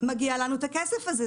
מגיע לנו הכסף הזה.